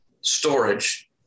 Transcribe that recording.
storage